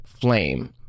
flame